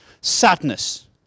sadness